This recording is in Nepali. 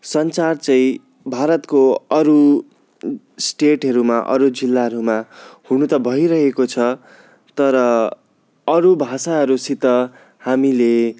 सञ्चार चाहिँ भारतको अरू स्टेटहेरूमा अरू जिल्लाहरूमा हुनु त भइरहेको छ तर अरू भाषाहरूसित हामीले